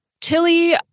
Tilly